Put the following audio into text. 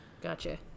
Gotcha